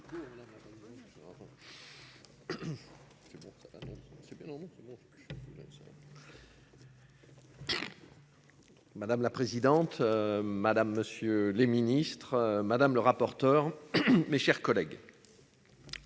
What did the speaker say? Madame la présidente. Madame, monsieur les ministres, madame le rapporteur. Mes chers collègues.